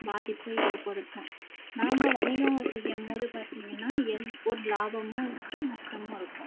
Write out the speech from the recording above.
பாதிப்பை ஏற்படுத்தும் நாம் வணிகம் செய்யும்போது பார்த்தீங்கன்னா எந் ஒரு லாபமும் இருக்கும் நஷ்டமும் இருக்கும்